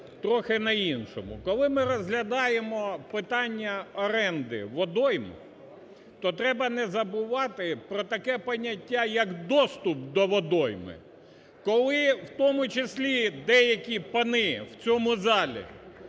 трохи на іншому. Коли ми розглядаємо питання оренди водойм, то треба не забувати про таке поняття, як доступ до водойми. Коли, у тому числі деякі пани в цьому залі,